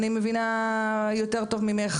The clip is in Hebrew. אני מבינה יותר טוב ממך,